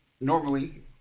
normally